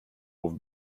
with